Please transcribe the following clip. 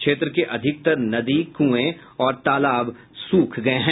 क्षेत्र के अधिकतर नदी कुए और तालाब सूख गये हैं